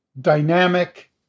dynamic